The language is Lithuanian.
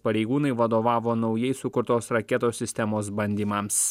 pareigūnai vadovavo naujai sukurtos raketos sistemos bandymams